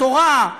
את התורה,